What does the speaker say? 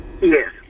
yes